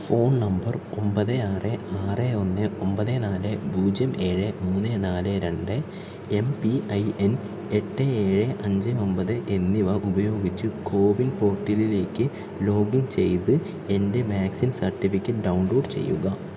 phone number ഒമ്പത് ആറ് ആറ് ഒന്ന് ഒമ്പത് നാല് പൂജ്യം ഏഴ് മൂന്ന് നാല് രണ്ട് എം പി ഐ എൻ എട്ട് ഏഴ് അഞ്ച് ഒമ്പത് എന്നിവ ഉപയോഗിച്ചു കോവിൻ പോർട്ടലിലേക്ക് ലോഗിൻ ചെയ്ത് എൻ്റെ വാക്സിൻ സർട്ടിഫിക്കറ്റ് ഡൗൺലോഡ് ചെയ്യുക